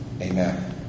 amen